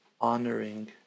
honoring